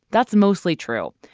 that's mostly trail.